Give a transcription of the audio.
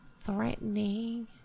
Threatening